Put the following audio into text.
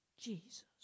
Jesus